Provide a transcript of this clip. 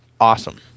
awesome